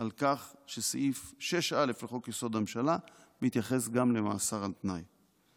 על כך שסעיף 6(א) לחוק-יסוד: הממשלה מתייחס גם למאסר על תנאי.